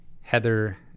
Heather